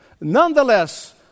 Nonetheless